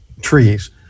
trees